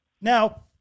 now